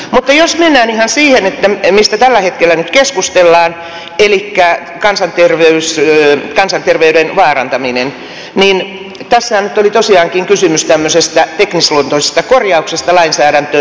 mutta jos mennään ihan siihen mistä tällä hetkellä nyt keskustellaan elikkä kansanterveyden vaarantamiseen niin tässähän nyt oli tosiaankin kysymys tämmöisestä teknisluontoisesta korjauksesta lainsäädäntöön